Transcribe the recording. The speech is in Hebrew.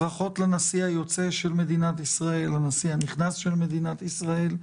ברכות לנשיא היוצא של מדינת ישראל ולנשיא הנכנס של מדינת ישראל.